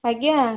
ଆଜ୍ଞା